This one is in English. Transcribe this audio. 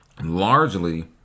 largely